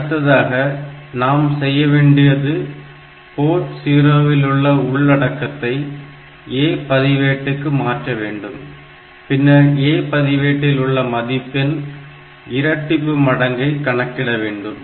அடுத்ததாக நாம் செய்யவேண்டியது போர்ட் 0 இல் உள்ள உள்ளடக்கத்தை A பதிவேட்டுக்கு மாற்ற வேண்டும் பின்னர் A பதிவேட்டில் உள்ள மதிப்பின் இரட்டிப்பு மடங்கை கணக்கிட வேண்டும்